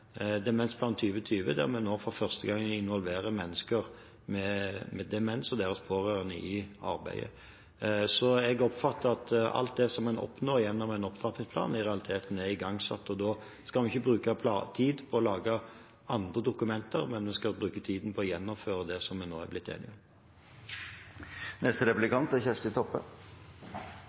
Demensplan 2020, der vi nå for første gang involverer mennesker med demens og deres pårørende i arbeidet. Så jeg oppfatter at alt det som en oppnår med en opptrappingsplan, i realiteten er igangsatt, og da skal vi ikke bruke tid på å lage andre dokumenter, men vi skal bruke tiden på å gjennomføre det som vi nå er blitt enige om.